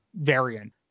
variant